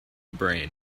brain